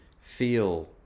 feel